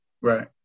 Right